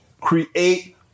create